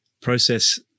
process